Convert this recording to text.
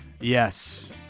Yes